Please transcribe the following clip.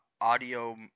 audio